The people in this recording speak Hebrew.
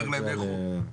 אומר להם לכו,